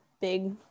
big